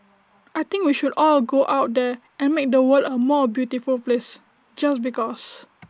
I think we should all go out there and make the world A more beautiful place just because